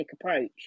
approach